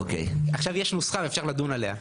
עכשיו יש נוסחה ואפשר לדון עליה,